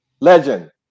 Legend